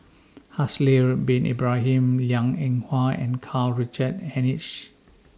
Haslir Bin Ibrahim Liang Eng Hwa and Karl Richard Hanitsch